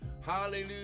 Hallelujah